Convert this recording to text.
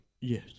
Yes